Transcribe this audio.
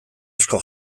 asko